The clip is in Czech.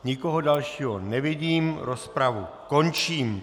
Nikoho dalšího nevidím, rozpravu končím.